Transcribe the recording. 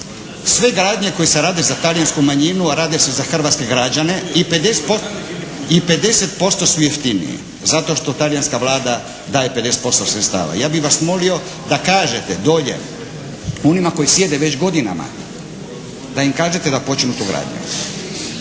Sve gradnje koje se rade za talijansku manjinu a rade se za hrvatske građane i 50% su jeftinije zato što talijanska Vlada daje 50% sredstava. Ja bih vas molio da kažete dolje onima koji sjede već godinama da im kažete da počnu tu gradnju.